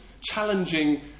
challenging